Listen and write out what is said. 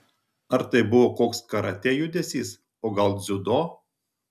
ar tai buvo koks karatė judesys o gal dziudo